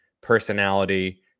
personality